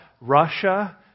Russia